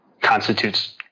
constitutes